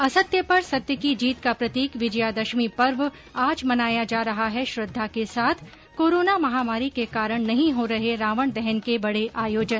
असत्य पर सत्य की जीत का प्रतीक विजयादशमी पर्व आज मनाया जा रहा है श्रद्वा के साथ कोरोना महामारी के कारण नहीं हो रहे है रावण दहन के बड़े आयोजन